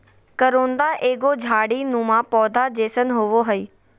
करोंदा एगो झाड़ी नुमा पौधा जैसन होबो हइ